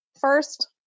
First